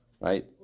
Right